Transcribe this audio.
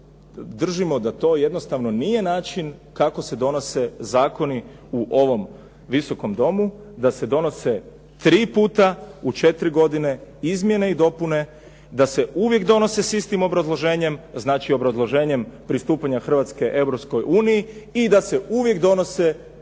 držimo da to jednostavno nije način kako se donose zakoni u ovom Visokom domu. Da se donose 3 puta u 4 godine izmjene i dopune, da se uvijek donose s istim obrazloženjem, znači obrazloženjem pristupanja Hrvatske Europskoj uniji i da se uvije donose po